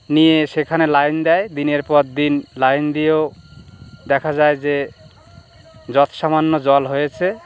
নিয়ে সেখানে লাইন দেয় দিনের পর দিন লাইন দিয়েও দেখা যায় যে যৎ সামান্য জল হয়েছে